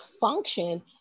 function